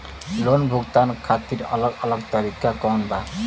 Loan भुगतान खातिर अलग अलग तरीका कौन बा?